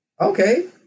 okay